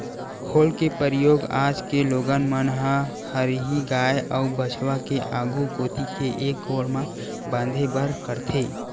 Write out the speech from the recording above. खोल के परियोग आज के लोगन मन ह हरही गाय अउ बछवा के आघू कोती के एक गोड़ म बांधे बर करथे